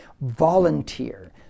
Volunteer